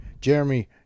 Jeremy